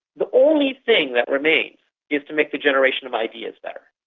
the only thing that remains is to make the generation of ideas better,